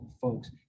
folks